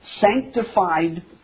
sanctified